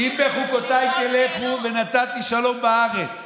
אי-אפשר לברוח מזה, רבותיי.